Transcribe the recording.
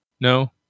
No